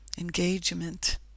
engagement